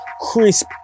crisp